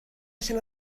allan